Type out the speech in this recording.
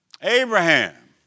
Abraham